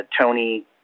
Tony